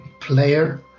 player